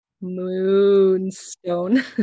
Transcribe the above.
Moonstone